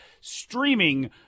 streaming